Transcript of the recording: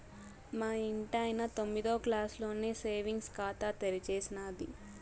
మా ఇంటాయన తొమ్మిదో క్లాసులోనే సేవింగ్స్ ఖాతా తెరిచేసినాది